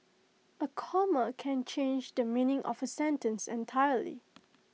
A comma can change the meaning of A sentence entirely